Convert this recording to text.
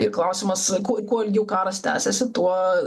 ir klausimas kuo kuo ilgiau karas tęsiasi tuo